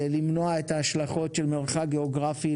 למנוע את ההשלכות של מרחק גיאוגרפי,